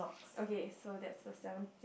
okay so that's the seventh